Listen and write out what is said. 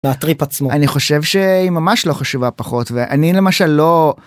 הטריפ עצמו .. אני חושב שהיא ממש לא חשובה פחות ואני למשל לא.